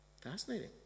Fascinating